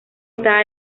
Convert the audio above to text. estaba